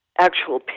actual